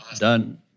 Done